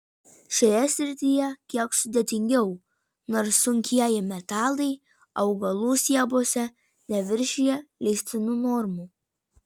šioje srityje kiek sudėtingiau nors sunkieji metalai augalų stiebuose neviršija leistinų normų